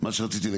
את זה?